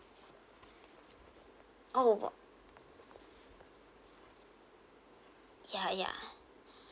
how about ya ya